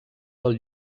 del